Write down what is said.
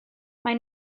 maen